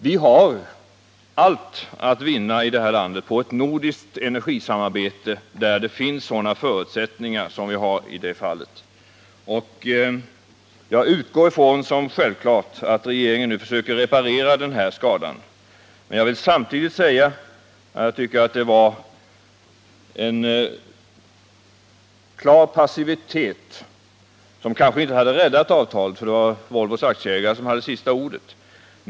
Vi har allt att vinna i det här landet på ett nordiskt samarbete, där det finns sådana förutsättningar som föreligger i detta fall. Jag utgår ifrån som självklart att regeringen nu försöker reparera den här skadan. Men jag vill samtidigt säga att jag tycker att regeringen visade en klar passivitet. En större aktivitet hade kanske inte räddat avtalet, eftersom det var Volvos aktieägare som hade sista ordet.